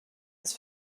des